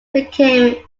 became